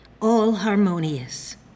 all-harmonious